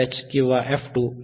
5 kilo hertz 1